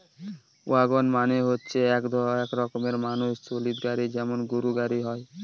wagon মানে হচ্ছে এক রকমের মানুষ চালিত গাড়ি যেমন গরুর গাড়ি হয়